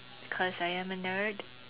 because I am a nerd